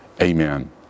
Amen